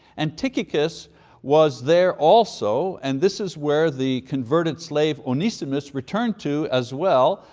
and tychicus was there also. and this is where the converted slave onesimus returned to, as well,